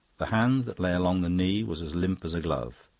the hand that lay along the knee was as limp as a glove.